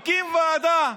הקים ועדה,